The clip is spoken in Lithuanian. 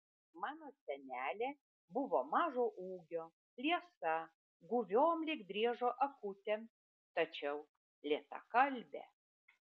mano senelė buvo mažo ūgio liesa guviom lyg driežo akutėm tačiau lėtakalbė